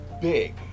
big